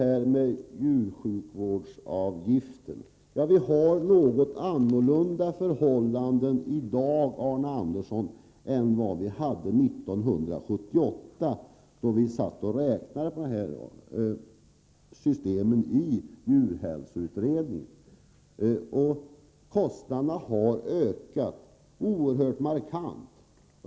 När det gäller djursjukvårdsavgiften har vi, Arne Andersson i Ljung, något annorlunda förhållanden i dag än vi hade 1978, då vi i djurhälsoutredningen satt och räknade på dessa system. Kostnaderna har ökat oerhört markant.